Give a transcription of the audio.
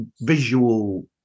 visual